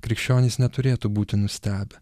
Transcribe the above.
krikščionys neturėtų būti nustebę